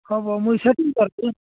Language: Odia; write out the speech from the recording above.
ହଉ ହଉ ସେଟିଙ୍ଗ କରିଦେମି